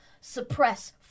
suppress